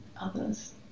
others